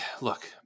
look